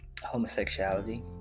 homosexuality